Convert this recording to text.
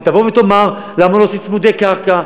ותבוא ותאמר למה לא עושים צמודי קרקע?